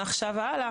מעכשיו והלאה,